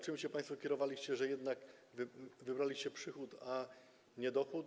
Czym się państwo kierowaliście, że jednak wybraliście przychód, a nie dochód?